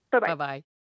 Bye-bye